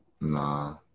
Nah